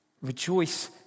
rejoice